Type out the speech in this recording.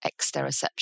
exteroception